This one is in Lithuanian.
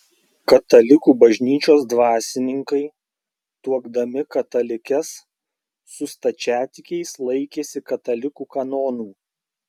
katalikų bažnyčios dvasininkai tuokdami katalikes su stačiatikiais laikėsi katalikų kanonų